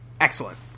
Excellent